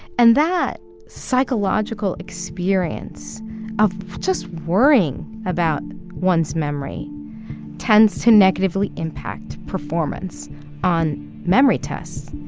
and that psychological experience of just worrying about one's memory tends to negatively impact performance on memory tests.